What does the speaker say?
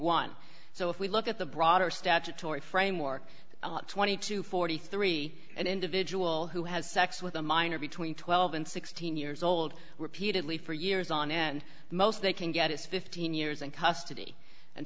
one so if we look at the broader statutory framework twenty two forty three an individual who has sex with a minor between twelve and sixteen years old repeatedly for years on end the most they can get is fifteen years in custody and